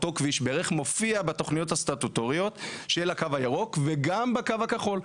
אותו כביש ברך מופיע בתוכניות הסטטוטוריות של הקו הירוק וגם בקו הכחול.